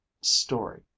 story